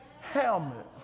helmet